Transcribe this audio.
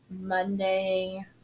Monday